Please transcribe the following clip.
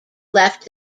left